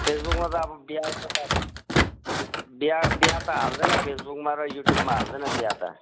फेसबुकमा त अब बिहाको बिहा बिहा त हाल्दैन फेसबुकमा र युट्युबमा हाल्दैन बिहा त